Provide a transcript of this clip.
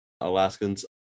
Alaskans